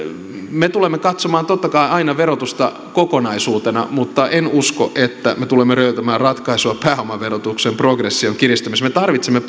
me tulemme katsomaan totta kai aina verotusta kokonaisuutena mutta en usko että me tulemme löytämään ratkaisua pääomaverotuksen progression kiristämisessä me tarvitsemme